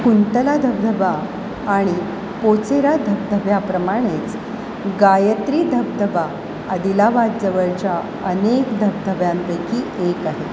कुंतला धबधबा आणि पोचेरा धबधब्याप्रमाणेच गायत्री धबधबा अदिलाबादजवळच्या अनेक धबधब्यांपैकी एक आहे